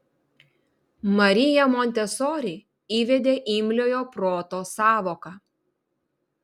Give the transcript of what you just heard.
marija montesori įvedė imliojo proto sąvoką